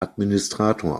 administrator